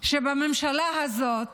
שבממשלה הזאת